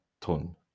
ton